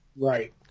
Right